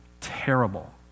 terrible